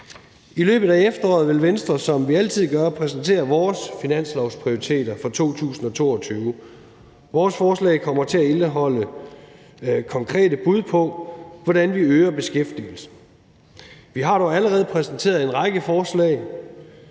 I løbet af efteråret vil Venstre, som vi altid gør, præsentere vores finanslovsprioriteter for 2022. Vores forslag kommer til at indeholde konkrete bud på, hvordan vi øger beskæftigelsen. Vi har dog allerede præsenteret en række forslag: